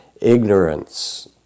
ignorance